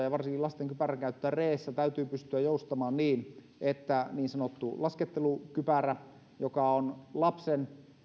ja varsinkin lasten kypäränkäytössä reessä täytyy pystyä joustamaan niin että niin sanottu laskettelukypärä joka on lapsen